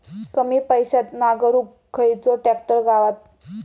कमी पैशात नांगरुक खयचो ट्रॅक्टर गावात?